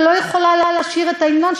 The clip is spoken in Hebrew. ולא יכולה לשיר את ההמנון,